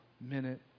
minute